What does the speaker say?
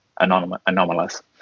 anomalous